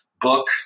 book